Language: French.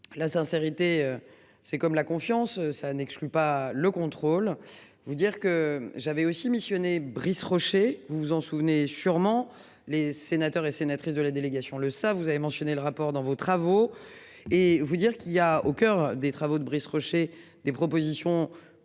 La sincérité. C'est comme la confiance, ça n'exclut pas le contrôle. Vous dire que j'avais aussi missionné Brice Rocher, vous vous en souvenez sûrement, les sénateurs et sénatrices de la délégation, le ça, vous avez mentionné le rapport dans vos travaux. Et vous dire qu'il y a au coeur des travaux de Brice Rocher des propositions plutôt